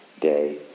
day